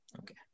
okay